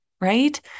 Right